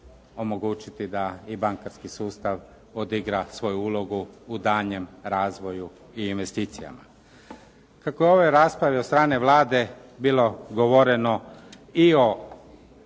omogućiti da i bankarski sustav odigra svoju ulogu u daljnjem razvoju i investicijama. Kako je u ovoj raspravi od strane Vlade bilo govoreno i o